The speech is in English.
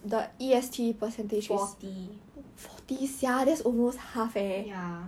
forty ya